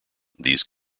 these